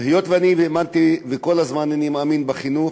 והיות שאני האמנתי וכל הזמן אני מאמין בחינוך,